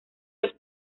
los